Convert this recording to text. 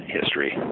history